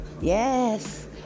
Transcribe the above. Yes